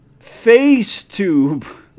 Facetube